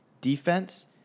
defense